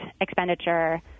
expenditure